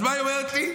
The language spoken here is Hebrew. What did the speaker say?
אז מה היא אומרת לי?